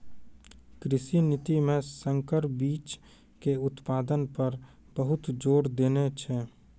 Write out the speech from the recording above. कृषि नीति मॅ संकर बीच के उत्पादन पर बहुत जोर देने छै